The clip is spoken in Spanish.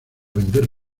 vender